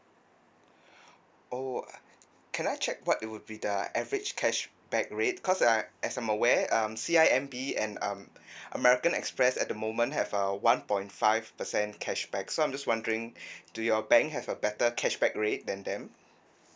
oh uh can I check what would be the average cashback rate cause I as I'm aware um C_I_M_B and um American Express at the moment have uh one point five percent cashback so I'm just wondering do your bank have a better cashback rate than them